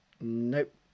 Nope